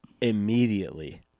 immediately